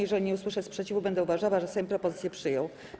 Jeżeli nie usłyszę sprzeciwu, będę uważała, że Sejm propozycję przyjął.